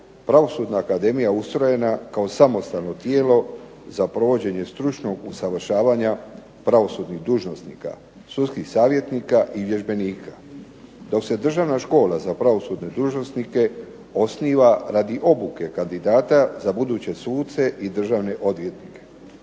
Pravosudna akademija ustrojena kao samostalno tijelo za provođenje stručnog usavršavanja pravosudnih dužnosnika, sudskih savjetnika i vježbenika. Dok se državna škola za pravosudne dužnosnike osniva radi obuke kandidata za buduće suce i državne odvjetnike.